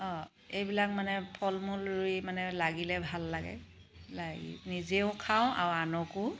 এইবিলাক মানে ফল মূল ৰুই মানে লাগিলে ভাল লাগে লাগি নিজেও খাওঁ আৰু আনকো